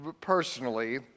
personally